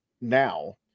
now